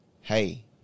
hey